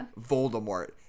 Voldemort